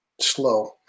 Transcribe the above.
slow